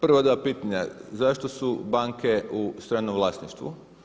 Prva dva pitanja zašto su banke u stranom vlasništvu.